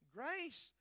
grace